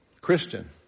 Christian